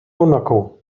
monaco